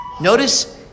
notice